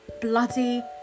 Bloody